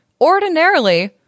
ordinarily